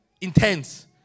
intense